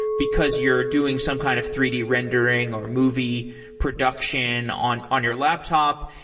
because you're doing some kind of three d rendering or movie production on on your laptop,